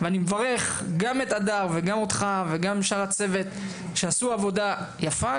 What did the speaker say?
ואני מברך גם את הדר וגם אותך וגם את שאר הצוות שעשו עבודה יפה,